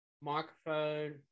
microphone